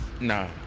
Nah